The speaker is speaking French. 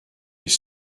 les